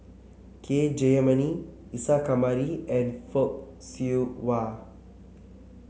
K Jayamani Isa Kamari and Fock Siew Wah